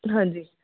ਹਾਂਜੀ